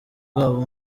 bwabo